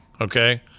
Okay